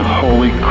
holy